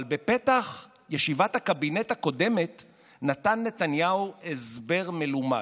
אבל בפתח ישיבת הקבינט הקודמת נתן נתניהו הסבר מלומד.